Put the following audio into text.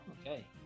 Okay